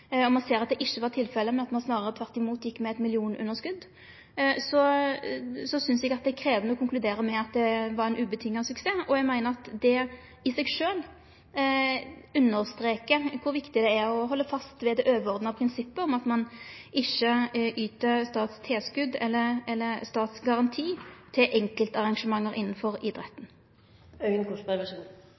og ein ser at det ikkje var tilfellet, men at det snarare gjekk med millionunderskot, synest eg at det er krevjande å konkludere med at det var ein heilt klår suksess. Eg meiner at det i seg sjølv understrekar kor viktig det er å halde fast ved overordna prinsippet om at ein ikkje yter statstilskot eller statsgaranti til enkeltarrangement innanfor idretten.